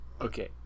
Okay